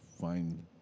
find